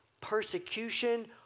persecution